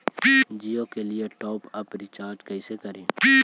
जियो के लिए top up recharge कैसे करी?